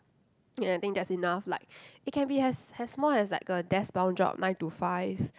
ya I think that's enough like it can be as as small as like a desk bound job nine to five